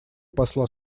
посла